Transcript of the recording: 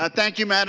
ah thank you mme. and